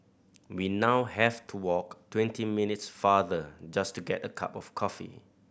we now have to walk twenty minutes farther just to get a cup of coffee